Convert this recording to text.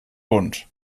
bunt